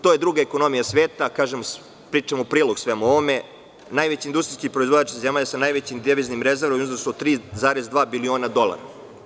To je druga ekonomija sveta, pričam u prilog svemu ovome, najveći industrijski proizvođač zemalja sa najvećim deviznim rezervama u iznosu od 3,2 biliona dolara.